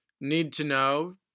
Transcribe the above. need-to-know